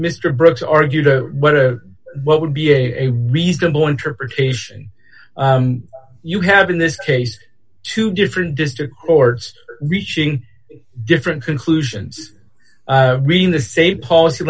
mr brooks argued what what would be a reasonable interpretation you have in this case two different district courts reaching different conclusions reading the same policy